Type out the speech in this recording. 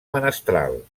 menestral